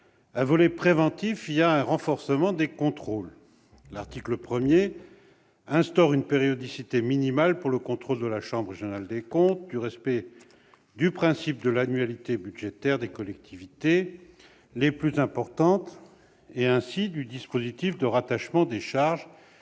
un volet préventif vise à renforcer les contrôles. L'article 1 instaure une périodicité minimale pour le contrôle, par la chambre régionale des comptes, du respect du principe de l'annualité budgétaire par les collectivités territoriales les plus importantes et, ainsi, du dispositif de rattachement des charges